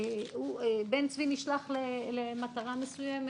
בן צבי נשלח למטרה מסוימת,